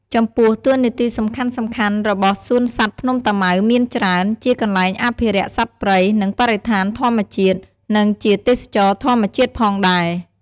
ចំពោះ តួនាទីសំខាន់ៗរបស់សួនសត្វភ្នំតាម៉ៅមានច្រើន ជាកន្លែងអភិរក្សសត្វព្រៃ និងបរិស្ថានធម្មជាតិ និងជាទេសចរណ៍ធម្មជាតិផងដែរ។